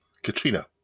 Katrina